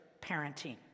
parenting